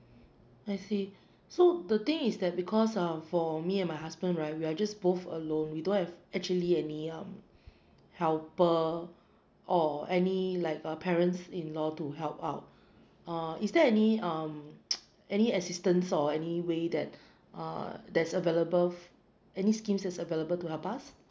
I see so the thing is that because um for me and my husband right we are just both alone we don't have actually any um helper or any like uh parents in law to help out uh is there any um any assistance or any way that err that's available any schemes that's available to help us